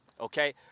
Okay